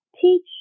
teach